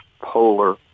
polar